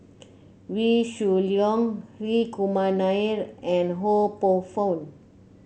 Wee Shoo Leong Hri Kumar Nair and Ho Poh Fun